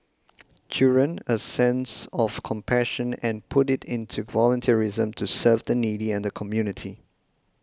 children a sense of compassion and put it into volunteerism to serve the needy and the community